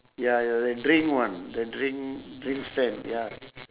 ya ya the drink one the drink drink stand ya